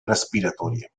respiratoria